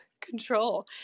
control